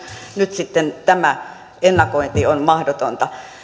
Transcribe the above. nyt sitten tämä ennakointi on mahdotonta